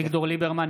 (קורא בשמות חברי הכנסת) אביגדור ליברמן,